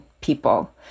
people